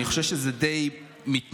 אני חושב שזה די מתנגש,